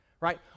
right